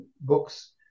books